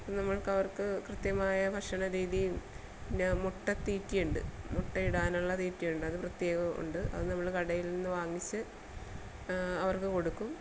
നമ്മൾക്ക് അവർക്ക് കൃത്യമായ ഭക്ഷണരീതിയും പിന്നെ മുട്ട തീറ്റിയുണ്ട് മുട്ടയിടാനുള്ള തീറ്റിയുണ്ട് അത് പ്രത്യേകമുണ്ട് അത് നമ്മൾ കടയിൽ നിന്ന് വാങ്ങിച്ച് അവർക്ക് കൊടുക്കും